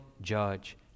judge